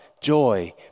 joy